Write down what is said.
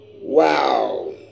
Wow